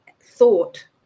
thought